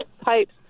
pipes